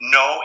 no